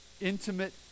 intimate